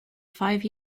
five